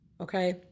Okay